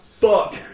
fuck